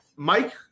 Mike